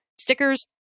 stickers